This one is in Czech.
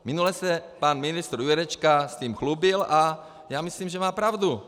Minule se pan ministr Jurečka tím chlubil a já myslím, že má pravdu.